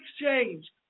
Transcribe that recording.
exchange